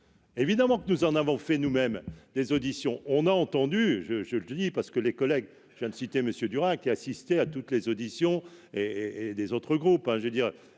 évidemment que nous en avons fait nous-mêmes des auditions, on a entendu je, je le dis parce que les collègues, je viens de citer monsieur Durin qui assisté à toutes les auditions et et des autres groupes,